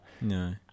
No